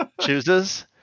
chooses